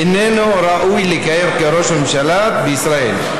איננו ראוי לכהן כראש ממשלה בישראל.